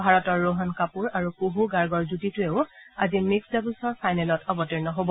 ভাৰতৰ ৰোহণ কাপুৰ আৰু কুহু গাৰ্গৰ যুটীটোৱেও আজি মিক্সড ডাবলছৰ ফাইনেলত অৱতীৰ্ণ হ'ব